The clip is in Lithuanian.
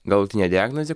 galutinė diagnozė